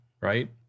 right